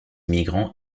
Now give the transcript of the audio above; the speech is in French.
immigrants